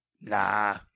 nah